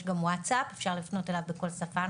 גם וואטסאפ שאפשר לפנות אליו בכל שפה,